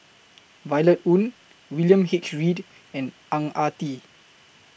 Violet Oon William H Read and Ang Ah Tee